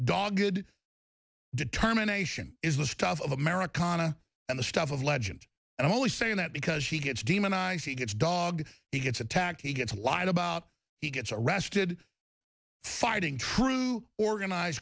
dogood determination is the stuff of americana and the stuff of legend and i'm only saying that because he gets demonized he gets dog he gets attacked he gets lied about he gets arrested fighting true organized